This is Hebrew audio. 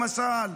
למשל?